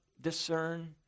discern